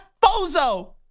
bozo